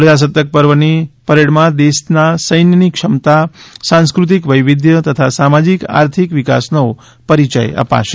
પ્રજાસત્તાક પર્વની પરેડમાં દેશના સૈન્યની ક્ષમતા સાંસ્કૃતિક વૈવિધ્ય તથા સામાજિક આર્થિક વિકાસનો પરિચય અપાશે